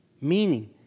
Meaning